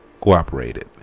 cooperated